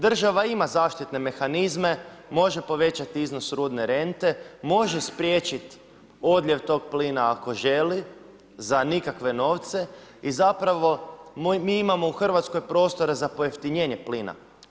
Država ima zaštitne mehanizme, može povećati iznos rudne rente, može spriječiti odljev tog plina ako želi za nikakve novce i zapravo mi imamo u Hrvatskoj prostora za pojeftinjenje plina.